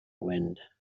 wind